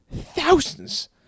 thousands